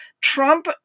Trump